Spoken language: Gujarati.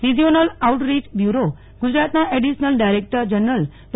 રિજિયોનલ આઉટરીય બ્યુરો ગુજરાતના એડિશનલ ડારેક્ટર જનરલ ડૉ